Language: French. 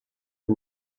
que